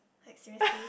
like seriously